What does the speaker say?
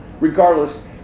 Regardless